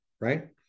Right